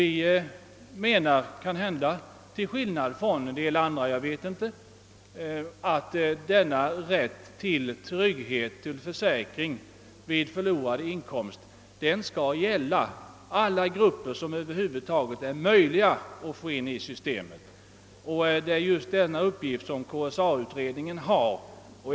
Vi menar — kanhända till skillnad från en del andra — att denna rätt till trygghet genom försäkring vid förlorad inkomst skall omfatta så många grupper som möjligt. Det är just denna uppgift KSA-utredningen har.